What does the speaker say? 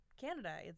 Canada